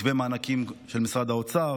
מתווה המענקים של משרד האוצר,